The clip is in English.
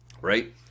right